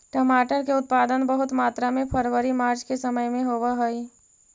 टमाटर के उत्पादन बहुत मात्रा में फरवरी मार्च के समय में होवऽ हइ